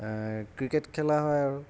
cricket খেলা হয় আৰু